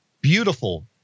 beautiful